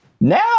Now